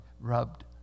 rubbed